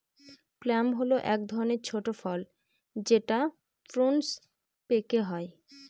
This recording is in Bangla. প্লাম হল এক ধরনের ছোট ফল যেটা প্রুনস পেকে হয়